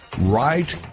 Right